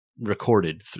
recorded